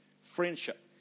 friendship